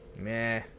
Nah